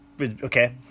Okay